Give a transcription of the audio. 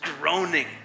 groaning